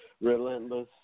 relentless